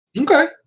Okay